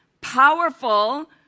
powerful